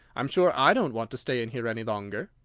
i'm sure i don't want to stay in here any longer!